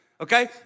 okay